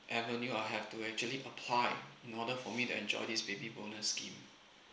ever knew I have to actually apply in order for me to enjoy this baby bonus scheme